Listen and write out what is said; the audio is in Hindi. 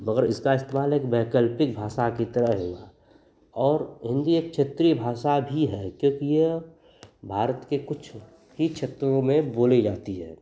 मगर इसका इस्तेमाल एक वैकल्पिक भाषा की तरह ही हुआ और हिन्दी एक क्षेत्रीय भाषा भी है क्योंकि यह भारत के कुछ ही क्षेत्रों में बोली जाती है